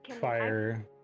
fire